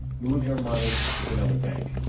move your money to another bank.